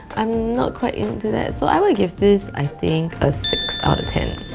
i'm not quite into that so i would give this. i think. a six out of ten.